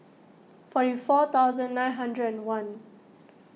forty four thousand nine hundred and one